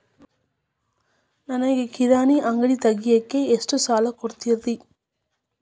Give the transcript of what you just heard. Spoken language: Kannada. ನನಗ ಕಿರಾಣಿ ಅಂಗಡಿ ತಗಿಯಾಕ್ ಎಷ್ಟ ಸಾಲ ಕೊಡ್ತೇರಿ?